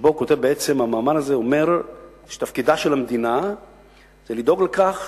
המאמר הזה אומר שתפקידה של המדינה לדאוג לכך